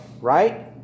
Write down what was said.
Right